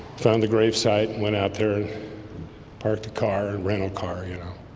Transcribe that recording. found the gravesite went out there parked the car and rental car, you know